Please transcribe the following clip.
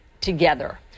together